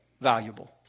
valuable